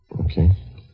Okay